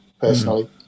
personally